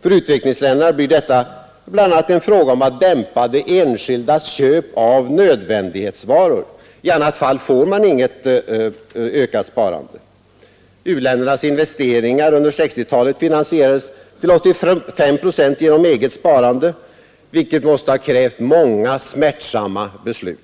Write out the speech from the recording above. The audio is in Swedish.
För utvecklingsländerna blir detta bl.a. en fråga om att dämpa de enskildas köp av nödvändighetsvaror. I annat fall får man inget ökat sparande. U-ländernas investeringar under 1960-talet finansierades till ca 85 procent genom eget sparande, vilket måste ha krävt många smärtsamma beslut.